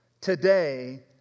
today